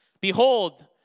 Behold